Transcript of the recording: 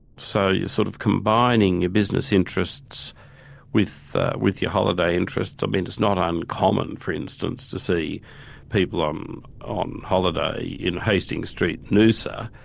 so you're sort of combining your business interests with with your holiday interests. i mean it's not uncommon for instance, to see people um on holiday in hastings street, noosa,